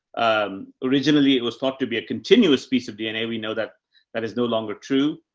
um, originally it was thought to be a continuous piece of dna. we know that that is no longer true.